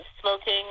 smoking